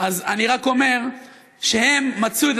אני רק אומר שהם מצאו,